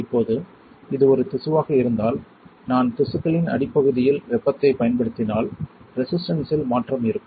இப்போது இது ஒரு திசுவாக இருந்தால் நான் திசுக்களின் அடிப்பகுதியில் வெப்பத்தைப் பயன்படுத்தினால் ரெசிஸ்டன்ஸ்சில் மாற்றம் இருக்கும்